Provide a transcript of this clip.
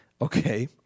Okay